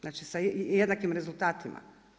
Znači sa jednakim rezultatima.